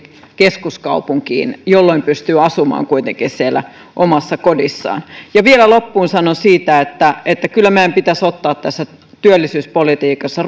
keskuskaupunkiin jolloin he pystyvät asumaan kuitenkin siellä omassa kodissaan ja vielä loppuun sanon siitä että että kyllä meidän pitäisi ottaa tässä työllisyyspolitiikassa